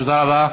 תודה רבה.